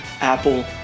Apple